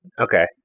okay